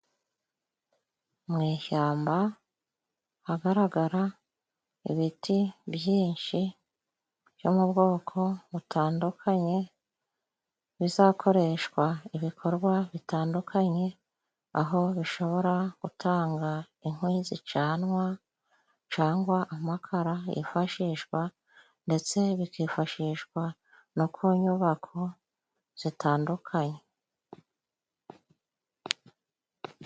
Mu ishyamba hagaragara ibiti byinshi byo mu bwoko butandukanye, bizakoreshwa ibikorwa bitandukanye, aho bishobora gutanga inkwi zicanwa cangwa amakara yifashishwa, ndetse bikifashishwa no ku nyubako zitandukanye.